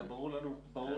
זה ברור לנו לחלוטין.